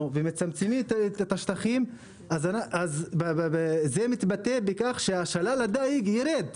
ומצמצמים את השטחים וזה מתבטא בכך ששלל הדיג ירד.